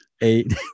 eight